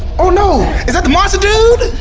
oh no! is that the monster dude?